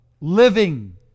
living